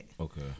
Okay